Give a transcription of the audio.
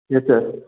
yes sir